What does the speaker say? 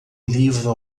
livro